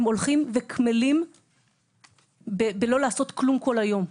הם הולכים וקמלים בלא לעשות כלום כל היום.